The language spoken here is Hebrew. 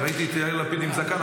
אני ראיתי את יאיר לפיד עם זקן,